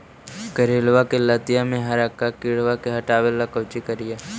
करेलबा के लतिया में हरका किड़बा के हटाबेला कोची करिए?